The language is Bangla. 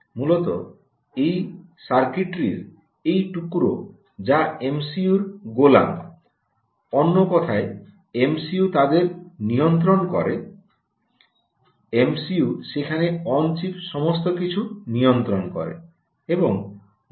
মূলত এটি সার্কিটরির এক টুকরো যা এমসিইউর গোলাম অন্য কথায় এমসিইউ তাদের নিয়ন্ত্রণ করে এমসিইউ সেখানে অন চিপ সমস্ত কিছু নিয়ন্ত্রণ করে